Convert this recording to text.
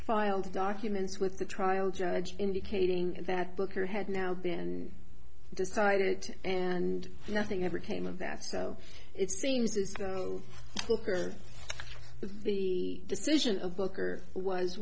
filed documents with the trial judge indicating that booker had now been decided and nothing ever came of that so it seems that the decision of booker